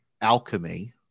alchemy